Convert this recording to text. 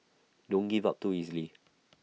don't give up too easily